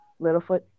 Littlefoot